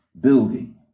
building